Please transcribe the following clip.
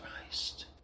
christ